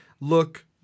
look